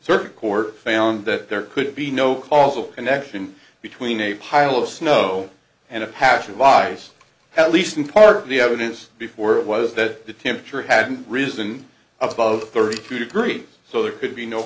circuit court found that there could be no causal connection between a pile of snow and a patch of ice at least in part the evidence before it was that the temperature had risen above thirty two degrees so there could be no